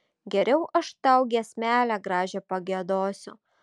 geriau aš tau giesmelę gražią pagiedosiu